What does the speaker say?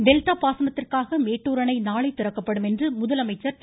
delta பாசனத்திற்காக மேட்டுர் அணை நாளை திறக்கப்படும் என்று முதலமைச்சர் திரு